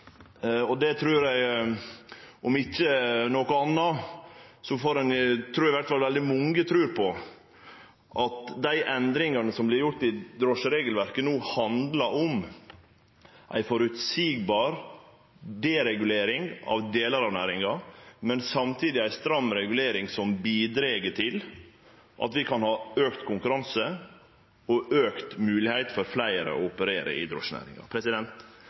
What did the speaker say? noko anna, trur eg i alle fall at veldig mange trur på at dei endringane som vert gjorde i drosjeregelverket no, handlar om ei føreseieleg deregulering av delar næringa, men samtidig ei stram regulering som bidreg til at vi kan ha auka konkurranse og auka mogelegheit for fleire til å operere